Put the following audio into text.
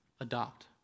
adopt